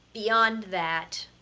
beyond that,